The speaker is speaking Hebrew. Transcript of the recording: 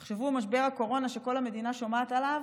תחשבו, משבר הקורונה, שכל המדינה שומעת עליו,